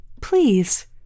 please